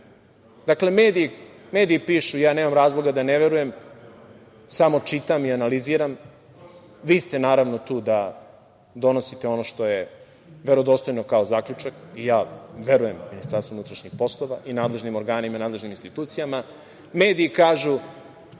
dakle mediji pišu, ja nemam razloga da ne verujem, samo čitam i analiziram, vi ste naravno tu da donosite ono što je verodostojno kao zaključak i ja verujem Ministarstvu unutrašnjih poslova i nadležnim organima i nadležnim institucijama, mediji kažu